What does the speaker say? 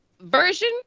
Version